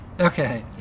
Okay